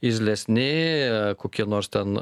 irzlesni kokie nors ten